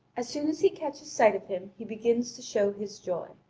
as soon as he catches sight of him, he begins to show his joy.